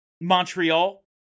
Montreal